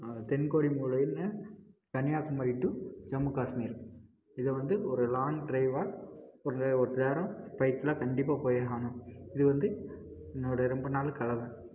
தென்கோடி மூலையில கன்னியாகுமரி டு ஜம்மு காஷ்மீர் இது வந்து ஒரு லாங் ட்ரைவாக ஒரே பைக்கில் கண்டிப்பாக போயே ஆகணும் இது வந்து என்னோடய ரொம்ப நாள் கனவு